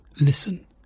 listen